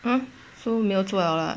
!huh! so 没有做了 lah